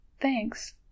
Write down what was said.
Thanks